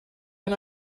can